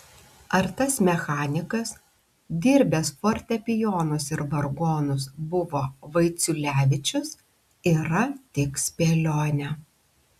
ar tas mechanikas dirbęs fortepijonus ir vargonus buvo vaiciulevičius yra tik spėlionė